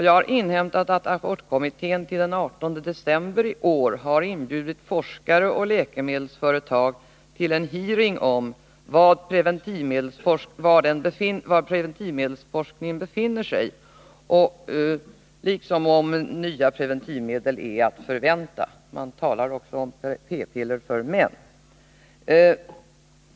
Jag har inhämtat att abortkommittén har inbjudit forskare och läkemedelsföretag till en hearing den 18 december i år om var preventivmedelsforskningen befinner sig, liksom om nya preventivmedel är att förvänta. Man talar också om p-piller för män.